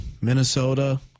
Minnesota